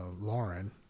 Lauren